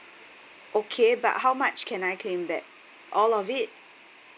okay but how much can I claim back all of it